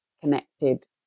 connected